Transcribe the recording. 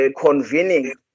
convening